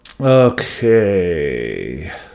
okay